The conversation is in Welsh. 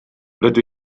rydw